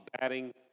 batting